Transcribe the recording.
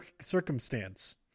circumstance